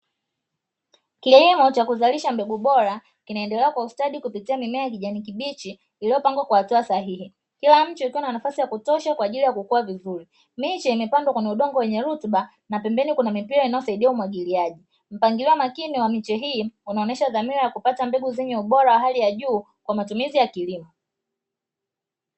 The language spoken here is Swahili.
Kilimo cha kuzalisha mbegu bora kinaendelea kwa ustadi kupitia mimea ya kijani kibichi iliyopangwa kwa hatua sahihi, kila mche ukiwa na nafasi ya kutosha kwa ajili ya kukua vizuri. Miche imepandwa kwenye udongo wenye rutuba na pembeni kuna mipira inayosaidia umwagiliaji. Mpangilio wa makini wa miche hii unaonyesha dhamira ya kupata mbegu zenye ubora wa hali ya juu kwa matumizi ya kilimo.